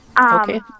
Okay